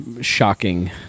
shocking